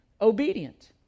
obedient